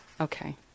okay